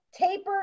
taper